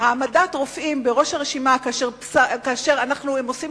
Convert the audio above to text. העמדת רופאים בראש הרשימה כאשר הם למעשה עושים